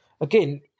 again